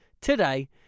today